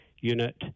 unit